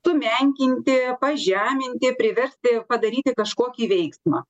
sumenkinti pažeminti priversti padaryti kažkokį veiksmą